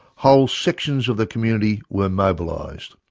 whole sections of the community were mobilised.